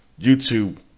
YouTube